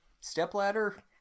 stepladder